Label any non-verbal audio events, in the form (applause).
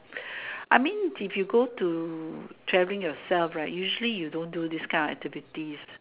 (breath) I mean if you go to traveling yourself right usually you don't do these kind of activities